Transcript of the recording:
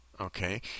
okay